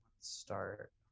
start